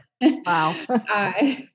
Wow